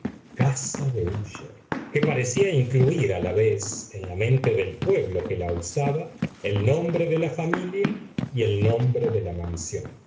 casa de úsher que parecía incluir a la vez en la mente del pueblo que la usaba el nombre de la familia y el nombre de la mansión